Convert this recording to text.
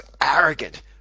arrogant